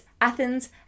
Athens